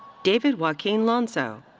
david joaquin llanso.